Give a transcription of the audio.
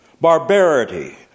Barbarity